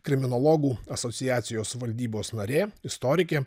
kriminologų asociacijos valdybos narė istorikė